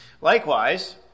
Likewise